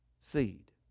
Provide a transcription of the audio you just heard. Seed